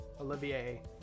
Olivier